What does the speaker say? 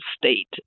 state